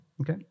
okay